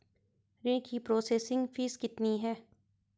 ऋण की processing fees कितनी है?